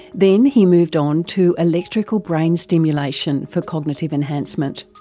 then he moved on to electrical brain stimulation for cognitive enhancement.